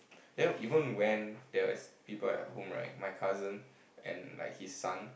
then even when there is people at home right my cousin and like his son